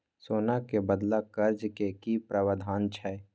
सोना के बदला कर्ज के कि प्रावधान छै?